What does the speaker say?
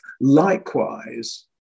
likewise